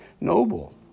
noble